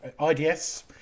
IDS